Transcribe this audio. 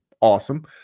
awesome